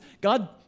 God